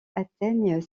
atteignent